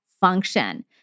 function